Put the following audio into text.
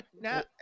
now